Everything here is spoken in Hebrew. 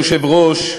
אדוני היושב-ראש,